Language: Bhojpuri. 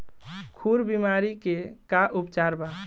खुर बीमारी के का उपचार बा?